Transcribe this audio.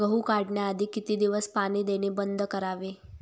गहू काढण्याआधी किती दिवस पाणी देणे बंद करावे?